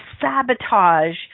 sabotage